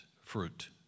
fruit